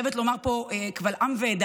אני חייבת לומר פה קבל עם ועדה